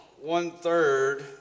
one-third